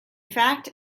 fact